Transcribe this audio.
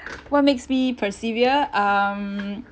what makes me persevere um